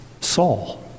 Saul